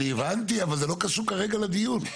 הבנתי, אבל זה לא קשור כרגע לדיון.